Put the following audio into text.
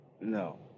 No